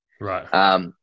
Right